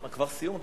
מה, כבר סיום?